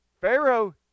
Pharaoh